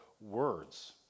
words